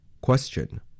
Question